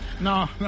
no